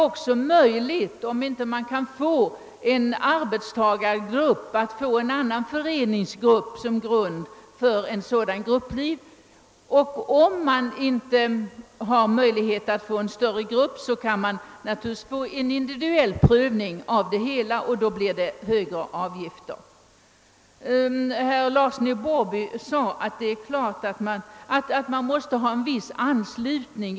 Om man inte kan få en arbetstagargrupp, är det möjligt att få en annan föreningsgrupp som grund för en sådan grupplivförsäkring. Om man inte har möjlighet att ordna en större grupp, kan man naturligtvis få individuell prövning, och då blir det högre avgifter. Herr Larsson i Borrby sade att man måste ha en viss anslutning.